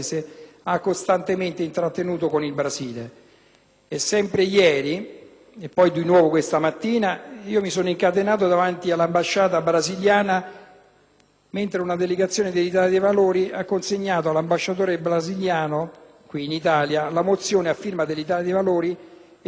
Sempre ieri, e poi di nuovo questa mattina, mi sono incatenato davanti all'ambasciata brasiliana, mentre una delegazione dell'Italia dei Valori ha consegnato all'ambasciatore brasiliano qui in Italia la mozione a firma dell'Italia dei Valori e sostenuta anche da altri colleghi di ogni forza politica,